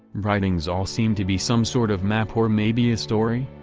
writings all seem to be some sort of map or maybe a story?